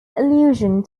allusion